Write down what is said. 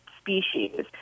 species